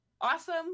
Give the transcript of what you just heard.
awesome